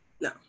no